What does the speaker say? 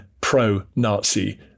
pro-Nazi